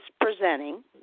presenting